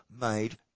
made